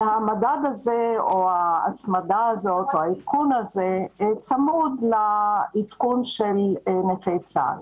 והעדכון הזה צמוד לעדכון של נכי צה"ל.